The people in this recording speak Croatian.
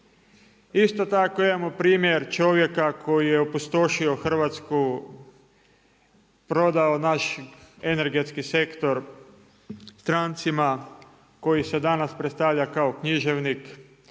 Isto tako imamo primjer čovjeka koji je opustošio Hrvatsku, prodao naš energetski sektor strancima koji se danas predstavlja kao književnik,